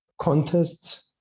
contests